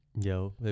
Yo